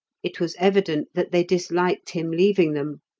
it was evident that they disliked him leaving them,